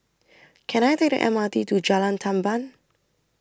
Can I Take The M R T to Jalan Tamban